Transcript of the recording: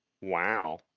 Wow